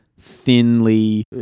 thinly